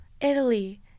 Italy